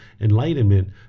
enlightenment